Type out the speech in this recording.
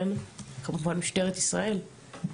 וכמובן גם משטרת ישראל,